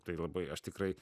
tai labai aš tikrai